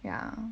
ya